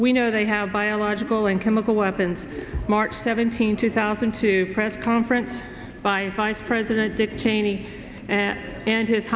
we know they have biological and chemical weapons march seventeenth two thousand and two press conference by vice president dick cheney and